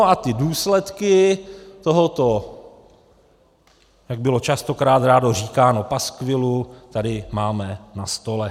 A důsledky tohoto jak bylo častokrát rádo říkáno paskvilu tady máme na stole.